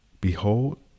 Behold